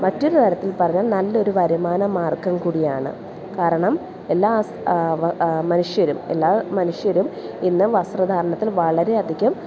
മറ്റൊരു തരത്തിൽ പറഞ്ഞാൽ നല്ലൊരു വരുമാന മാർഗ്ഗം കൂടിയാണ് കാരണം എല്ലാ മനുഷ്യരും എല്ലാ മനുഷ്യരും ഇന്ന് വസ്ത്രധാരണത്തിൽ വളരെയധികം